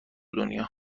دنیا